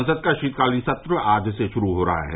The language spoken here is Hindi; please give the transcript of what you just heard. संसद का शीतकालीन सत्र आज से शुरू हो रहा है